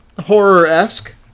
horror-esque